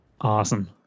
awesome